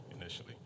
initially